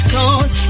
Cause